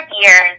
years